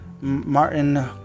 Martin